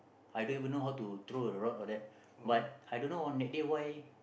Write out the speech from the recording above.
I don't even know how to throw a rod all that but I don't know on that day why